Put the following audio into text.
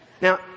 Now